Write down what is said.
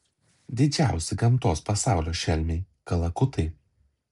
didžiausi gamtos pasaulio šelmiai kalakutai